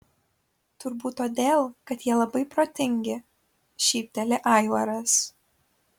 turbūt todėl kad jie labai protingi šypteli aivaras